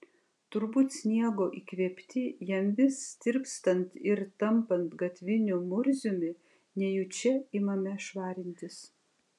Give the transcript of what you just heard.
turbūt sniego įkvėpti jam vis tirpstant ir tampant gatviniu murziumi nejučia imame švarintis